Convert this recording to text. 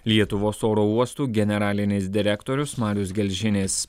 lietuvos oro uostų generalinis direktorius marius gelžinis